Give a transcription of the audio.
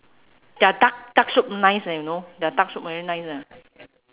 their duck duck soup nice eh you know their duck soup very nice eh